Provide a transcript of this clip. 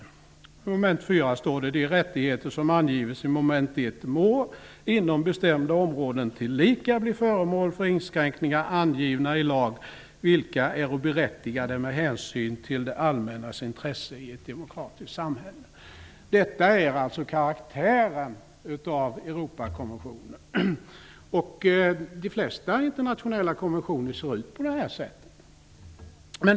I mom. 4 står det: De rättigheter som angivits i mom. 1 må inom bestämda områden tillika bli föremål för inskränkningar, angivna i lag, vilka äro berättigade med hänsyn till det allmännas intresse i ett demokratiskt samhälle. Detta är alltså karaktären hos Europakonventionen. De flesta internationella konventioner ser ut på det här sättet.